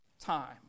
time